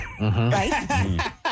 right